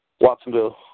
Watsonville